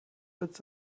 willst